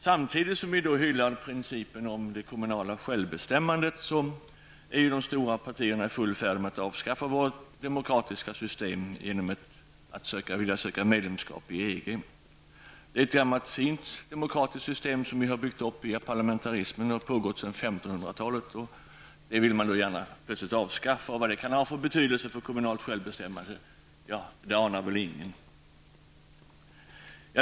Samtidigt som vi hyllar principen om kommunalt självbestämmande är de stora partierna i full färd med att avskaffa vårt demokratiska system genom att söka medlemskap i EG. Det är ett väldigt fint demokratiskt system som vi har byggt upp. Vi har haft parlamentarism sedan 1500-talet. Det vill man nu avskaffa. Vad det kan få för konsekvenser för kommunalt självbestämmande anar väl ingen.